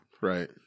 Right